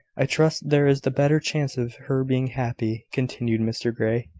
i trust there is the better chance of her being happy, continued mr grey,